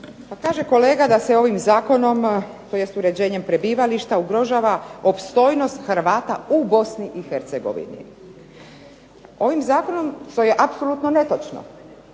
kaže kolega da se ovim zakonom tj. uređenjem prebivališta ugrožava opstojnost Hrvata u Bosni i Hercegovini što je apsolutno netočno.